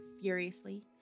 furiously